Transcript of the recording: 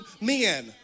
men